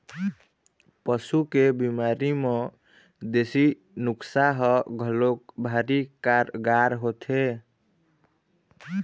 पशु के बिमारी म देसी नुक्सा ह घलोक भारी कारगार होथे